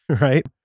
Right